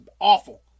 awful